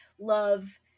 love